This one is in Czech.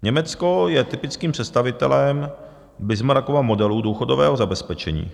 Německo je typickým představitelem Bismarckova modelu důchodového zabezpečení.